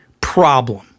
problem